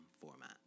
format